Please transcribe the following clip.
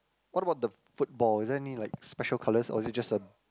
what about the football is there any like special colour or is it just a